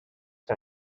que